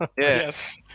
yes